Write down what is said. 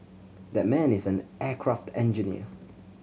that man is an aircraft engineer